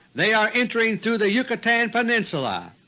they are entering through the yucatan peninsula.